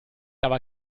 aber